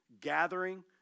gathering